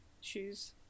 shoes